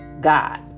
God